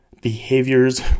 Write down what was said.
behaviors